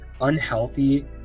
unhealthy